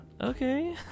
okay